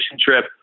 trip